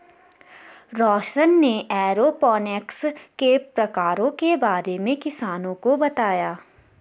रौशन ने एरोपोनिक्स के प्रकारों के बारे में किसानों को बताया